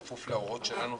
בכפוף להוראות שלנו,